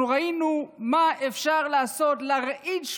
אנחנו ראינו מה אפשר לעשות: להרעיד את